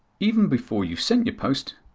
even before you send your post,